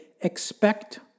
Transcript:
expect